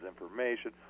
information